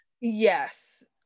Yes